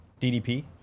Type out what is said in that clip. DDP